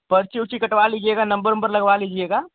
पर्ची वर्ची कटवा लीजियेगा नंबर वंबर लगवा लीजिएगा